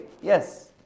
Yes